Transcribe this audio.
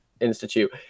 institute